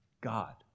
God